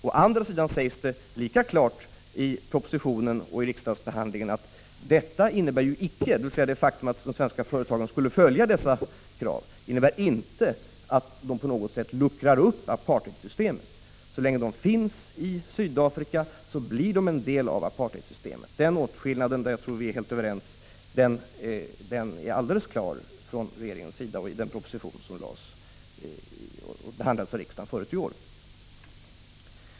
Å andra sidan sägs det lika klart i propositionen, vilket fick stöd i riksdagsbehandlingen, att detta — dvs. det faktum att de svenska företagen skulle ställa upp på dessa krav - inte på något sätt innebär att man luckrar upp apartheidsystemet. Så länge företagen finns i Sydafrika blir de en del av apartheidsystemet. Det är alldeles klart från regeringens sida att denna åtskillnad måste göras, och det framgår också av den proposition som behandlades av riksdagen tidigare i år. Jag tror att vi är helt överens därvidlag.